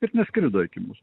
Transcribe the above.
ir neskrido iki mūsų